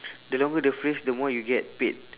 the longer the phrase the more you get paid